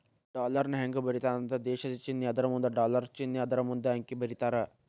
ಡಾಲರ್ನ ಹೆಂಗ ಬರೇತಾರಂದ್ರ ದೇಶದ್ ಚಿನ್ನೆ ಅದರಮುಂದ ಡಾಲರ್ ಚಿನ್ನೆ ಅದರಮುಂದ ಅಂಕಿ ಬರೇತಾರ